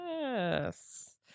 Yes